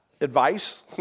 advice